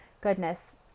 goodness